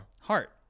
Heart